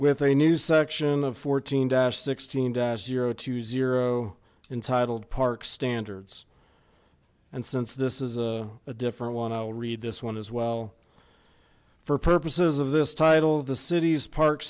with a new section of fourteen dash sixteen zero to zero in titled park standards and since this is a different one i'll read this one as well for purposes of this title the city's park